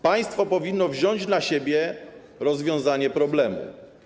Państwo powinno wziąć na siebie rozwiązanie problemu.